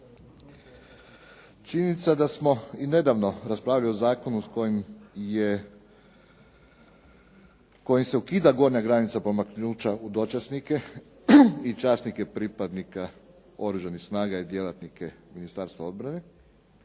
Činjenica je da smo i nedavno raspravljali o zakonu kojim se ukida gornja granica promaknuća u dočasnike i časnike pripadnike oružanih snaga i djelatnike Ministarstva obrane